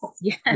yes